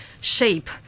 shape